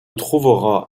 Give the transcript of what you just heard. trouvera